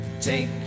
Take